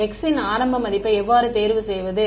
x ன் ஆரம்ப மதிப்பை எவ்வாறு தேர்வு செய்வது